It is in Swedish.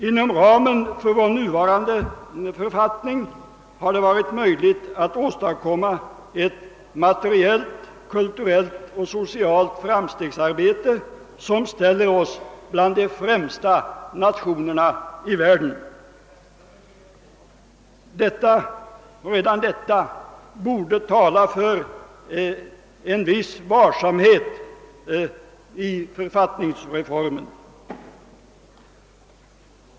Inom ramen för vår nuvarande författning har det varit möjligt att åstadkomma ett materiellt, kulturellt och socialt framstegsarbete som ställer oss bland de främsta nationerna i världen. Redan detta borde tala för en viss varsamhet vid författningsreformen.